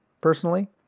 personally